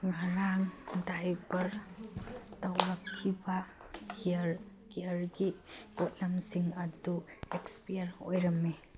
ꯉꯔꯥꯡ ꯗꯥꯏꯕꯔ ꯇꯧꯔꯛꯈꯤꯕ ꯍꯤꯌꯔ ꯀꯤꯌꯔꯒꯤ ꯄꯣꯠꯂꯝꯁꯤꯡ ꯑꯗꯨ ꯑꯦꯛꯁꯄꯥꯌꯔ ꯑꯣꯏꯔꯝꯃꯦ